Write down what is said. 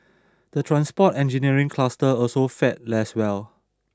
the transport engineering cluster also fared less well